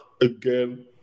again